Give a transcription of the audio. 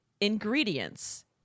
ingredients